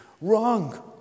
wrong